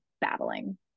battling